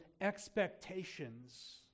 expectations